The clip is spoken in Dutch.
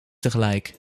tegelijk